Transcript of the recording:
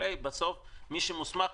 בסוף מי שמוסמך,